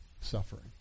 suffering